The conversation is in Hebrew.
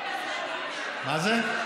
מה זה?